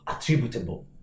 attributable